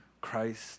Christ